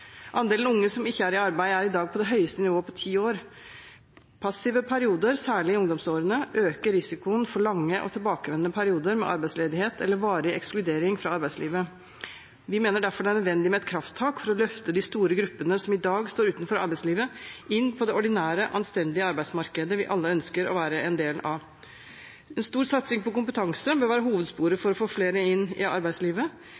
Andelen unge som ikke er i arbeid, er i dag på det høyeste nivået på ti år. Passive perioder, særlig i ungdomsårene, øker risikoen for lange og tilbakevendende perioder med arbeidsledighet eller varig ekskludering fra arbeidslivet. Vi mener derfor det er nødvendig med et krafttak for å løfte de store gruppene som i dag står utenfor arbeidslivet, inn på det ordinære, anstendige arbeidsmarkedet vi alle ønsker å være en del av. En stor satsing på kompetanse bør være hovedsporet